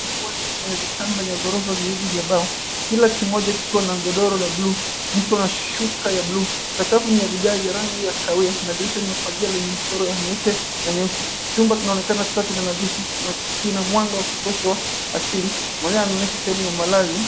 Chumba cha bweni chenye vitanda vya ghorofa viwili vya mbao, kila kimoja kikiwa na godoro la buluu, mto na shuka ya buluu. Sakafu ni ya vigae vya rangi ya kahawia na dirisha lina pazia la michoro ya nyeupe na nyeusi. Chumba kinaonekana safi na nadhifu na kina mwanga wa kutosha wa asili. Maeneo yanaonyesha sehemu ya malazi.